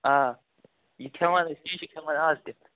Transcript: آ یہِ کھٮ۪وان ٲسۍ تی چھ کھٮ۪وان آز تہِ